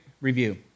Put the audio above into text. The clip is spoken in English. Review